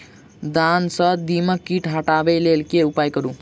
धान सँ दीमक कीट हटाबै लेल केँ उपाय करु?